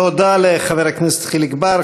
תודה לחבר הכנסת חיליק בר.